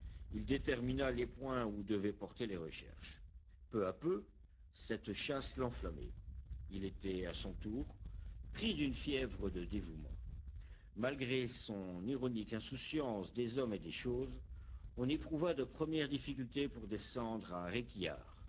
il détermina les points où devaient porter les recherches peu à peu cette chasse l'enflammait il était à son tour pris d'une fièvre de dévouement malgré son ironique insouciance des hommes et des choses on éprouva de premières difficultés pour descendre à